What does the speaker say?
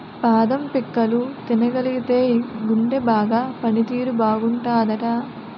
బాదం పిక్కలు తినగలిగితేయ్ గుండె బాగా పని తీరు బాగుంటాదట